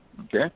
Okay